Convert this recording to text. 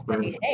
hey